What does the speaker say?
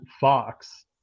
fox